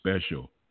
special